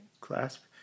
clasp